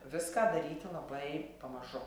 viską daryti labai pamažu